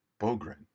Bogren